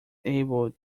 able